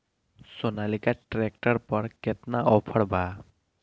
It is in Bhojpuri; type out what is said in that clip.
सोनालीका ट्रैक्टर पर केतना ऑफर बा?